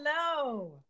hello